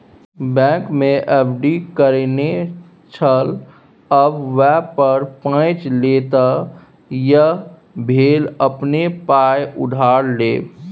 बैंकमे एफ.डी करेने छल आब वैह पर पैंच लेताह यैह भेल अपने पाय उधार लेब